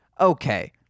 okay